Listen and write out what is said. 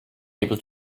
able